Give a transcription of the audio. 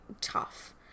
tough